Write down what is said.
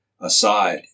aside